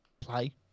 play